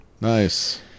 nice